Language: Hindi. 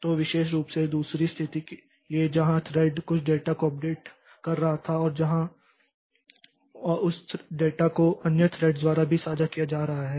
तो विशेष रूप से दूसरी स्थिति के लिए जहां थ्रेड कुछ डेटा को अपडेट कर रहा था और जहां और उस डेटा को अन्य थ्रेड्स द्वारा भी साझा किया जा रहा है